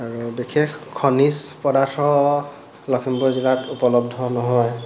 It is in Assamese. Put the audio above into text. আৰু বিশেষ খনিজ পদাৰ্থ লখিমপুৰ জিলাত উপলব্ধ নহয়